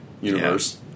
universe